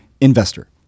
investor